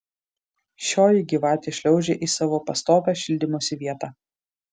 šioji gyvatė šliaužė į savo pastovią šildymosi vietą